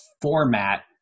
format